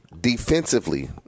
defensively